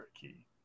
key